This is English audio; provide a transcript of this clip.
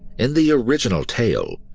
in the original tale,